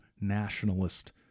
nationalist